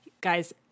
guys